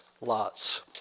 lots